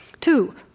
Two